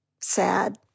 Sad